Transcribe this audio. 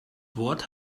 wort